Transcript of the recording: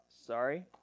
sorry